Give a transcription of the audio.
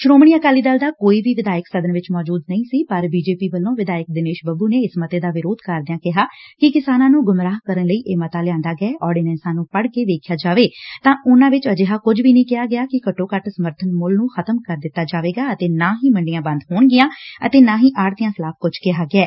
ਸ਼ੋਮਣੀ ਅਕਾਲੀ ਦਲ ਦਾ ਕੋਈ ਵੀ ਵਿਧਾਇਕ ਸਦਨ ਵਿਚ ਮੌਜੁਦ ਨਹੀ ਸੀ ਪਰ ਬੀਜੇਪੀ ਵੱਲੋ ਵਿਧਾਇਕ ਦਿਨੇਸ਼ ਬੱਬੂ ਨੇ ਇਸ ਮੱਤੇ ਦਾ ਵਿਰੋਧ ਕਰਦਿਆਂ ਕਿਹਾ ਕਿ ਕਿਸਾਨਾਂ ਨੂੰ ਗੁੰਮਰਾਹ ਕਰਨ ਲਈ ਇਹ ਮੱਤਾ ਲਿਆਂਦਾ ਗਿਐ ਆਰਡੀਨੈਂਸਾਂ ਨੂੰ ਪੜੁ ਕੇ ਵੇਖਿਆ ਜਾਵੇ ਤਾਂ ਉਨਾਂ ਵਿਚ ਅਜਿਹਾ ਕੁਝ ਨਹੀਂ ਕਿਹਾ ਗਿਆ ਕਿ ਘੱਟੋ ਘੱਟ ਸਮਰਥਨ ਮੁੱਲ ਨੂੰ ਖਤਮ ਕਰਨ ਦਿੱਤਾ ਜਾਏਗਾ ੱਅਤੇ ਨਾ ਹੀ ਮੰਡੀਆ ਬੰਦ ਹੋਣਗੀਆ ਅਤੇ ਨਾ ਹੀ ਆੜਤੀਆ ਖਿਲਾਫ਼ ਕੁਝ ਕਿਹਾ ਗਿਐ